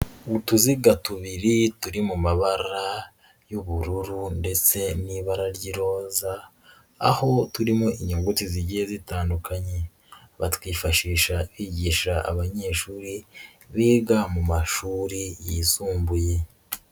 U tuziga tubiri turi mu mabara y'ubururu ndetse n'ibara ry'iroza aho turimo inyuguti zigiye zitandukanye, batwifashisha bigisha abanyeshuri biga mu mashuri yisumbuye.